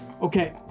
Okay